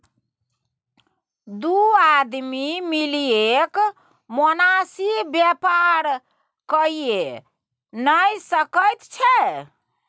दू आदमी मिलिकए मोनासिब बेपार कइये नै सकैत छै